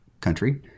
country